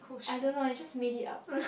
I don't know I just made it up